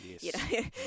Yes